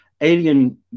alien